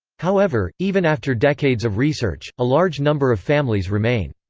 however, even after decades of research, a large number of families remain.